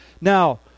Now